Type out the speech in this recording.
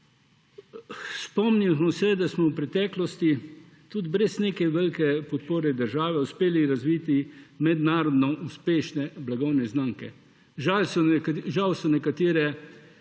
Spomnimo se, da smo v preteklosti tudi brez neke velike podpore države uspeli razviti mednarodno uspešne blagovne znamke. Žal so nekatere